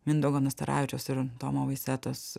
mindaugo nastaravičiaus ir tomo vaisetos